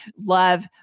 love